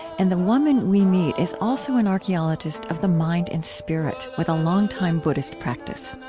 and the woman we meet is also an archeologist of the mind and spirit, with a longtime buddhist practice.